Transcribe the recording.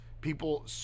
people